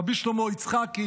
רבי שלמה יצחקי,